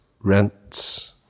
rents